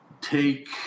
take